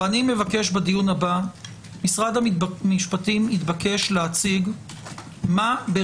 בדיון הבא משרד המשפטים יתבקש להציג מהם,